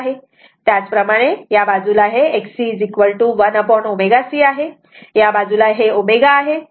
त्याचप्रमाणे या बाजूला हे XC1ω C आहे या बाजूला हे ω आहे आणि या बाजूला इम्पीडन्स आहे